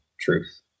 truth